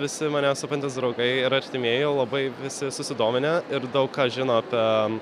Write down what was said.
visi mane supantys draugai ir artimieji labai visi susidominę ir daug ką žino apie